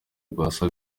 rwasa